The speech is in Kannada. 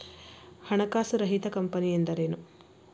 ಹಣಕಾಸು ರಹಿತ ಕಂಪನಿ ಎಂದರೇನು?